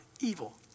evil